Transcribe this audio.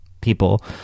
people